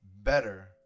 better